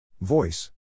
Voice